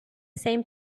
same